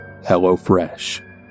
HelloFresh